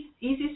easy